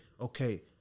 okay